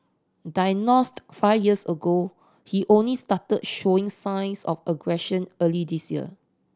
diagnosed five years ago he only started showing signs of aggression early this year